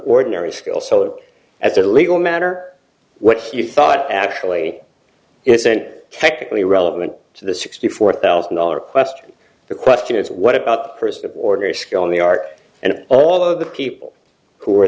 ordinary skills so that as a legal matter what he thought actually isn't it technically relevant to the sixty four thousand dollar question the question is what about the person of ordinary skill in the art and all of the people who were